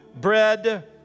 bread